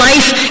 Life